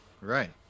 right